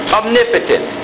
omnipotent